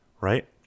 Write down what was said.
right